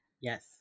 Yes